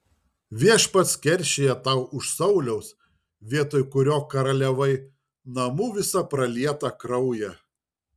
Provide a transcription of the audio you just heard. viešpats keršija tau už sauliaus vietoj kurio karaliavai namų visą pralietą kraują